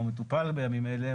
הוא מטופל בימים אלה,